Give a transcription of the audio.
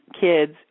kids